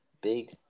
Big